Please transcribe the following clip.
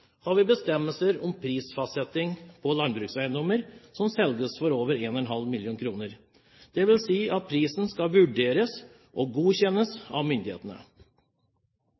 har vi bestemmelser om prisfastsetting på landbrukseiendommer som selges for over 1,5 mill. kr. Det vil si at prisen skal vurderes og godkjennes av myndighetene.